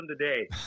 today